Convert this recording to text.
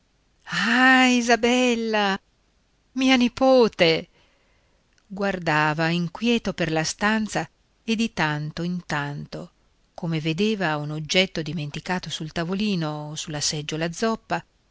ah isabella mia nipote guardava inquieto per la stanza e di tanto in tanto come vedeva un oggetto dimenticato sul tavolino o sulla seggiola zoppa